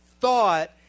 Thought